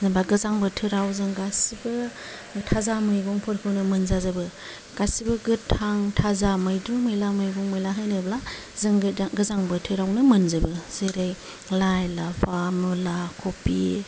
जेन'बा गोजां बोथोराव जों गासैबो थाजा मैगंफोरखौनो मोनजा जोबो गासैबो गोथां थाजा मैद्रु मैला मैगं मैला होनोब्ला जों गोजा गोजां बोथोरावनो मोनजोबो जेरै लाइ लाफा मुला कबि